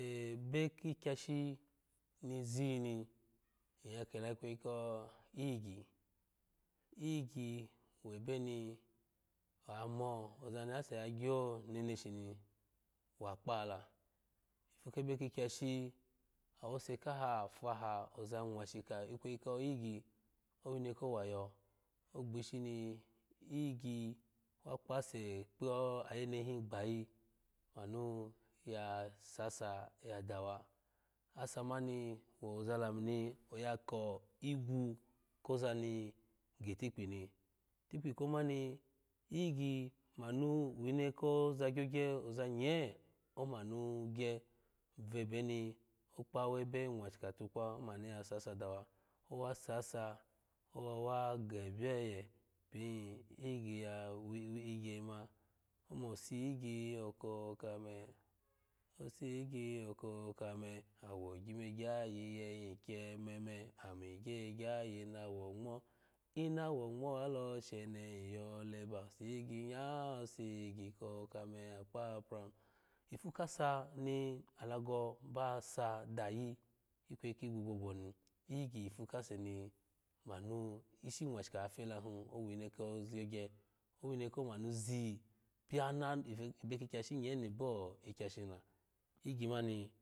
Ebe kiky ashi ni ziyi ni in ya kela ikweyi ko iyigyi iyigyi webe in oyamo ozani asse ya gyo ninishini wa kpaha la ifu kawebe kikya shi awose kaha faha oza nwashika ikweyi ko iyigyi owine ko wayo ogbishi ni iyigyi wa kpase kpo ayene tin gbayi manu ya sasa yasawa asa mani wo oza lamuni oya ko igwu kozani gi itikpi itikpi koma ni iyigyi manu wine koza gyogye amanu gye vebe ni okpawebe nwashika tukpa omanu ya sasa dawa owa sasa owo wage bye oye pin iyigyi ya wi wigye ma omo soing cosiyigyi okokame osiyigyi okokame awo gyumegaya yiye hin kye meme ami gyegya yi nawo ngmo inawo ngmo walo she nehin yole ba siyigyi ya siyigyi kokame akpha pram ifu kasa ni alago ba sa dayi ikweyi kigu gbogbo ni iyigyi yifu kase ni mnu ishi nnwashika oya fela hun mani wine ko gyogye wne ko manu ziyi pianano ebe kikyshi nye ni bi ikyashi ni la iyigyi mani.